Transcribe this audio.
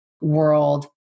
world